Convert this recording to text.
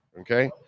Okay